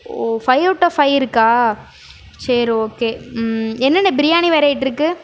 O five out of five இருக்கா சரி okay என்னென்ன பிரியாணி வெரைட் இருக்கு